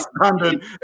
standard